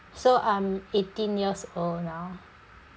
so I'm eighteen years old now